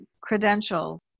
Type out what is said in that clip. credentials